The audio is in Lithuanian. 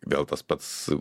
vėl tas pats